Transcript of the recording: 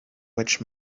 which